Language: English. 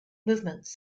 movements